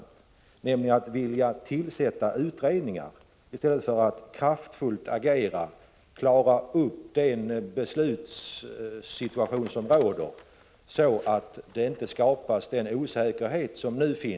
De har nämligen velat tillsätta utredningar i stället för att kraftfullt agera och klara ut rådande beslutssituation, för att undvika en sådan osäkerhet som nu råder.